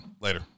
Later